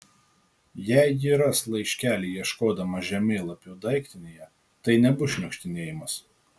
jei ji ras laiškelį ieškodama žemėlapio daiktinėje tai nebus šniukštinėjimas